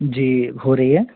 जी हो रही है